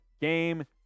game